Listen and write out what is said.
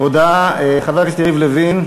חבר הכנסת יריב לוין,